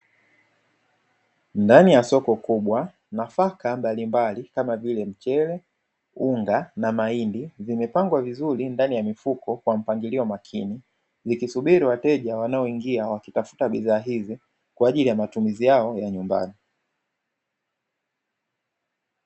Ndani ya soko kubwa nafaka mbalimbali kama vile mchele, unga na mahindi vimepangwa vizuri ndani ya mifuko kwa mpangilio makini likisubiri wateja wanaoingia wakitafuta bidhaa hizi kwa ajili ya matumizi yao ya nyumbani.